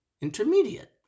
Intermediate